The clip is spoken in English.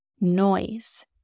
noise